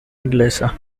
inglesa